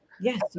Yes